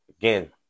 Again